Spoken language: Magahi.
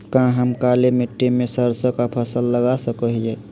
का हम काली मिट्टी में सरसों के फसल लगा सको हीयय?